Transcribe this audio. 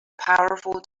powerful